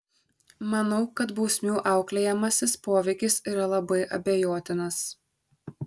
manau kad bausmių auklėjamasis poveikis yra labai abejotinas